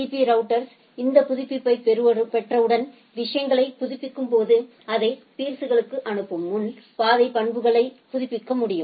பீ router இந்த புதுப்பிப்பைப் பெற்றவுடன் விஷயங்களைப் புதுப்பிக்கும்போது அதை பீர்ஸ்களுக்கு அனுப்பும் முன் பாதை பண்புக்கூறுகளை புதுப்பிக்க முடியும்